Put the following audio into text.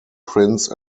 prince